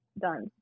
done